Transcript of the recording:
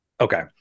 okay